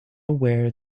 aware